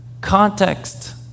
context